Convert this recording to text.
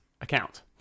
account